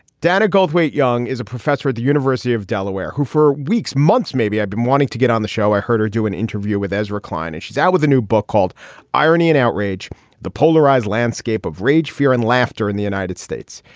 dana goldthwait young is a professor at the university of delaware who for weeks, months maybe i've been wanting to get on the show. i heard her do an interview with ezra klein. and she's out with a new book called irony and outrage the polarized landscape of rage, fear and laughter in the united states.